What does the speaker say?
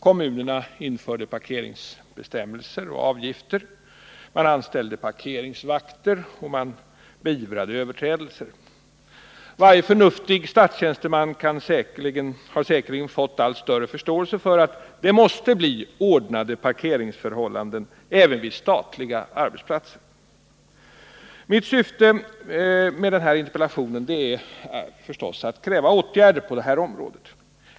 Kommunerna införde parkeringsbestämmelser och avgifter. Man anställde parkeringsvakter, och man beivrade överträdelser. Varje förnuftig statstjänsteman har säkerligen fått allt större förståelse för att det måste bli ordnade parkeringsförhållanden även vid statliga arbetsplatser. Syftet med min interpellation är förstås att kräva åtgärder på detta område.